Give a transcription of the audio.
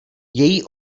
její